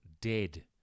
dead